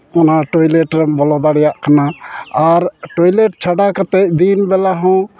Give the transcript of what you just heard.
ᱚᱱᱟ ᱴᱚᱭᱞᱮᱴ ᱨᱮᱢ ᱵᱚᱞᱚ ᱫᱟᱲᱮᱭᱟᱜ ᱠᱟᱱᱟ ᱟᱨ ᱴᱚᱭᱞᱮᱴ ᱪᱷᱟᱰᱟ ᱠᱟᱛᱮᱫ ᱫᱤᱱ ᱵᱮᱞᱟ ᱦᱚᱸ